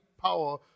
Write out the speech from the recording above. power